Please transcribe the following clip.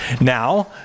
Now